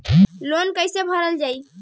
Loan कैसे भरल जाइ?